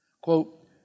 quote